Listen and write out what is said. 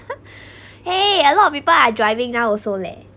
!hey! a lot of people are driving now also leh